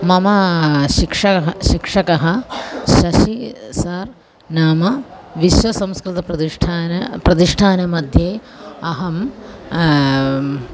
मम शिक्षकः शिक्षकः शशि सार् नाम विश्वसंस्कृतप्रतिष्ठानं प्रतिष्ठानं मध्ये अहं